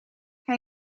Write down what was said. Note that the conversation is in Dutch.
hij